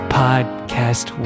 podcast